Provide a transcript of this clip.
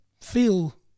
feel